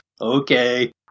Okay